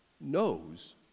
knows